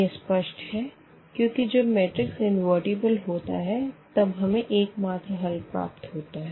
यह स्पष्ट है क्योंकि जब मैट्रिक्स इनवर्टिबल होता है तब हमें एकमात्र हल प्राप्त होता है